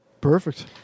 Perfect